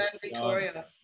Victoria